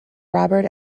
robert